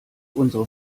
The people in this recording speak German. unsere